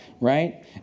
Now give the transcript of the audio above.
right